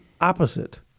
opposite